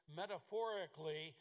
metaphorically